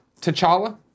T'Challa